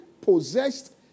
possessed